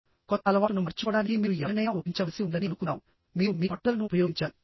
కొత్త అలవాటును మార్చుకోడానికి మీరు ఎవరినైనా ఒప్పించవలసి ఉందని అనుకుందాంమీరు మీ పట్టుదలను ఉపయోగించాలి